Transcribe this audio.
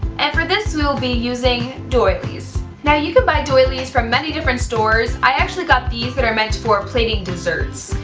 and for this we will be using doilies! now you can buy doilies from many different stores, i actually got these that are meant for plating desserts.